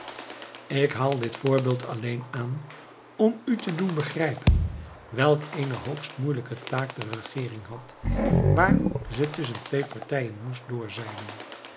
ik haal dit voorbeeld alleen aan om u te doen begrijpen welk eene hoogst moeielijke taak de regeering had waar ze tusschen twee partijen moest